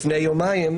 לפני יומיים,